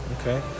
Okay